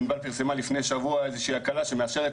ענבל פרסמה לפני שבוע איזושהי הקלה שמאפשרת